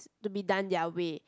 to be done their way